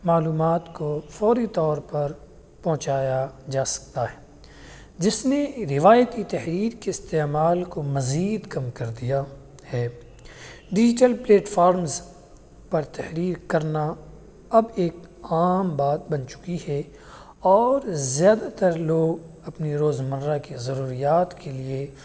معلومات کو فوری طور پر پہنچایا جا سکتا ہے جس میں روایتی تحریر کے استعمال کو مزید کم کر دیا ہے ڈیجیٹل پلیٹ فارمز پر تحریر کرنا اب ایک عام بات بن چکی ہے اور زیادہ تر لوگ اپنی روزمرہ کی ضروریات کے لیے